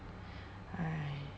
!hais!